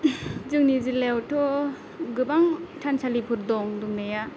जोंनि जिल्लायावथ' गोबां थानसालिफोर दं दंनाया